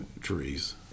trees